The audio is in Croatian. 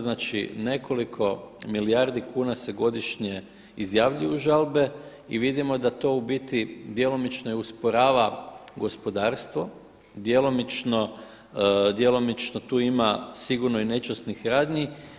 Znači nekoliko milijardi kuna se godišnje izjavljuju žalbe i vidimo da to u biti djelomično usporava gospodarstvo, djelomično tu ima sigurno i nečasnih radnji.